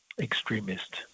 extremist